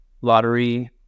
lottery